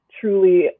truly